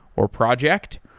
or project.